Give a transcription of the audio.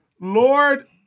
Lord